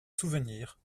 souvenirs